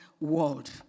world